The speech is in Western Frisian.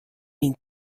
myn